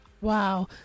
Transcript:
Wow